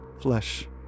flesh